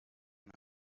iri